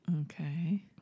Okay